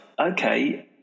okay